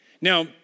Now